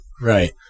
Right